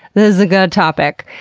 this is a good topic!